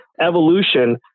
evolution